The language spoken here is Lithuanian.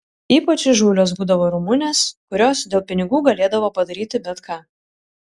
ypač įžūlios būdavo rumunės kurios dėl pinigų galėdavo padaryti bet ką